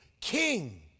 king